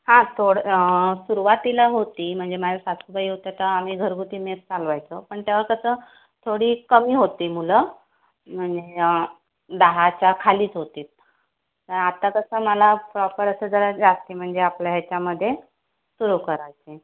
हां थोडं सुरुवातीला होती म्हणजे माझ्या सासूबाई होत्या तर आम्ही घरगुती मेस चालवायचो पण तेव्हा कसं थोडी कमी होती मुलं म्हणजे दहाच्या खालीच होती तर आता कसं मला प्रॉपर असं जरा जास्त म्हणजे आपल्या ह्याच्यामध्ये सुरू करायचे आहे